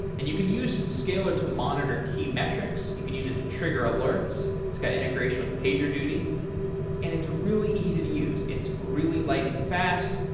and you can use scalyr to monitor key metrics. you can use it to trigger alerts, it's got integration with pagerduty and it's really easy to use. it's really lightning fast,